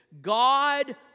God